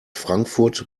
frankfurt